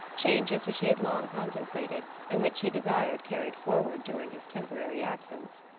changes which he had long contemplated, and which he desired carried forward during his temporary absence.